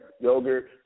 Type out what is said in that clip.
yogurt